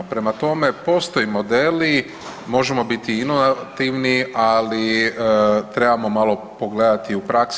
Prema tome, postoje modeli, možemo biti inovativni, ali trebamo malo pogledati u praksi.